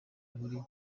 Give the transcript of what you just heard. muri